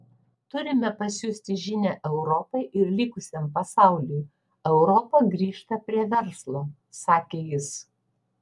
turime pasiųsti žinią europai ir likusiam pasauliui europa grįžta prie verslo sakė jis